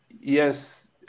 Yes